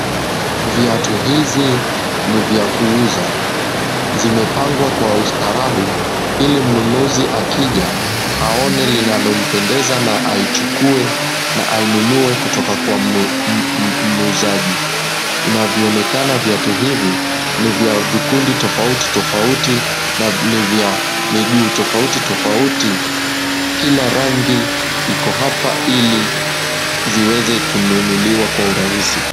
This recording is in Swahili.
Viatu hizi ni vya kuuza. Zimepangwa kwa ustarafu ili mnunuzi akija aone linalompendeza na haijukue na hainunue kutoka muuzaji. Inavyoonekana viatu hivi ni vya vikundi tafauti tafauti na ni vya miguu tafauti tafauti. Kila rangi iko hapa ili viweze kununuliwa kwa urahizi.